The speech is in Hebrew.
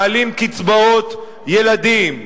מעלים קצבאות ילדים,